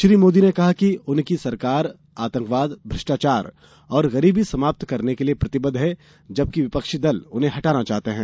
श्री मोदी ने कहा कि उनकी सरकार आतंकवाद भ्रष्टाचार और गरीबी समाप्त करने के लिए प्रतिबद्ध है जबकि विपक्षी दल उन्हें हटाना चाहते हैं